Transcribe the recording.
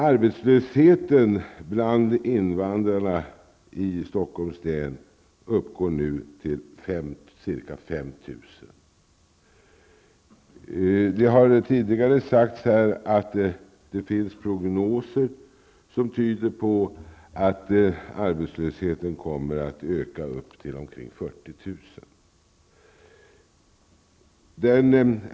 Arbetslösheten bland invandrarna i Stockholms län uppgår nu till ca 5 000. Det har tidigare sagts här att det finns prognoser som tyder på att arbetslösheten kommer att öka till omkring 40 000.